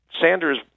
Sanders